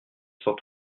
sans